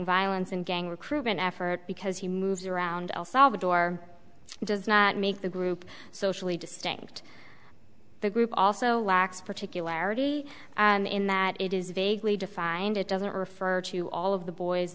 violence and gang recruitment effort because he moves around all salvador does not make the group socially distinct the group also lacks particularity in that it is vaguely defined it doesn't refer to all of the boys